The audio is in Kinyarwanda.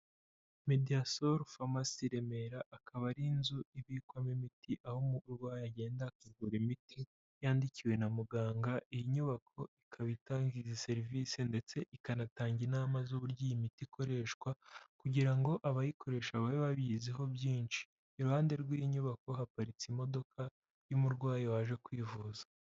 Mediasol Pharmacy Remera akaba ari inzu ibikwamo imiti, aho umurwayi agenda akagura imiti yandikiwe na muganga. Iyi nyubako ikaba itanga izi serivisi ndetse ikanatanga inama z'uburyo iyi miti ikoreshwa, kugira ngo abayikoresha babe bayiziho byinshi. Iruhande rw'inyubako haparitse imodoka y'umurwayi waje kwivuza.